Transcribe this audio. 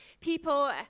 people